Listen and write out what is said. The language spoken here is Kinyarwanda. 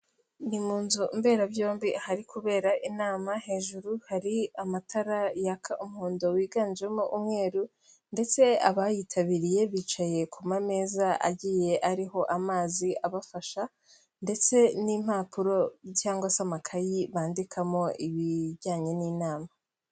Ni mu nzu mberabyombi ahari kubera inama, hejuru hari amatara yaka umuhondo wiganjemo umweru ndetse abayitabiriye bicaye ku mameza agiye ariho amazi abafasha ndetse n'impapuro cyangwa z'amakayi bandikamo ibijyanye n'inama.